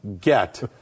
get